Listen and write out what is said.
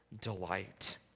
delight